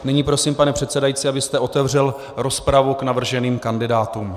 Nyní prosím, pane předsedající, abyste otevřel rozpravu k navrženým kandidátům.